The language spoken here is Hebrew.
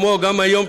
כמו גם היום,